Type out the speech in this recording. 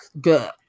good